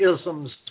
isms